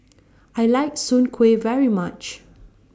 I like Soon Kuih very much